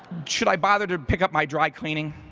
should i bother to pick up my dry cleaning?